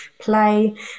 play